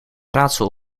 raadsel